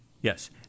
Yes